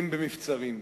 אם במבצרים.